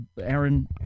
Aaron